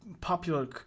popular